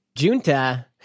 Junta